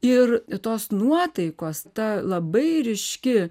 ir tos nuotaikos ta labai ryški